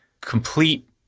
complete